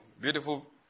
Beautiful